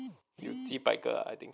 有几百个啊 I think